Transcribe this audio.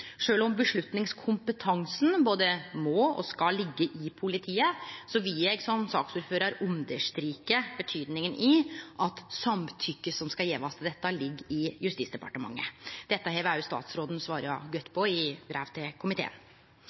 om vedtakskompetansen både må og skal liggje hos politiet, vil eg som saksordførar understreke betydninga av at samtykke til dette må gjevast av Justisdepartementet. Dette har også statsråden svara godt på i brev til komiteen.